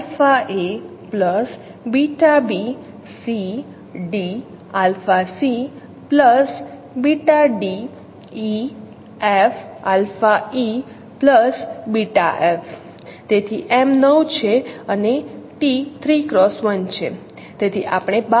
તેથી M 9 છે અને t 3x1 છે તેથી આપણે 12 પરિમાણો લખી શકીએ છીએ